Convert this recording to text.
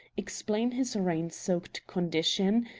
explain his rain-soaked condition,